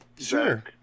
Sure